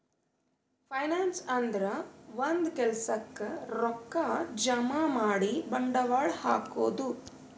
finance ಅಂದ್ರ ಒಂದ್ ಕೆಲ್ಸಕ್ಕ್ ರೊಕ್ಕಾ ಜಮಾ ಮಾಡಿ ಬಂಡವಾಳ್ ಹಾಕದು